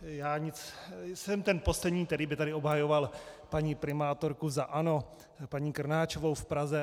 Já jsem ten poslední, který by tady obhajoval paní primátorku za ANO, paní Krnáčovou v Praze.